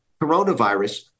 coronavirus